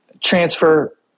transfer